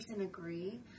agree